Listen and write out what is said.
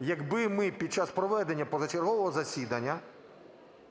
якби ми під час проведення позачергового засідання